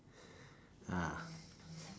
ah